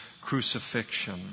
crucifixion